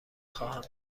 خواهم